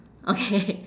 okay